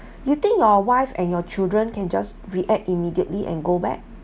you think your wife and your children can just react immediately and go back